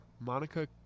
Monica